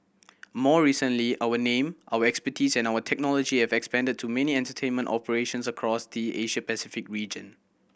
more recently our name our expertise and our technology have expanded to many entertainment operations across the Asia Pacific region